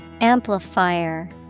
Amplifier